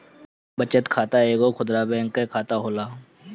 बचत खाता एगो खुदरा बैंक कअ खाता होला